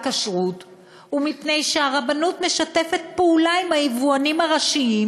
כשרות ומפני שהרבנות משתפת פעולה עם היבואנים הראשיים,